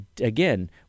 again